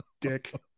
Dick